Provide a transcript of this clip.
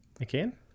again